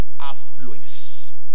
affluence